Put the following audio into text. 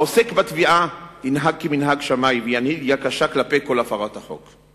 העוסק בתביעה ינהג כמנהג שמאי וינהיג יד קשה כלפי כל הפרת חוק.